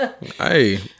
Hey